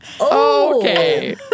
Okay